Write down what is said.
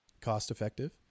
cost-effective